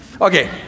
Okay